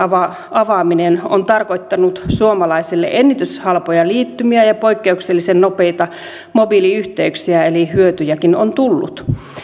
avaaminen on tarkoittanut suomalaisille ennätyshalpoja liittymiä ja poikkeuksellisen nopeita mobiiliyhteyksiä eli hyötyjäkin on tullut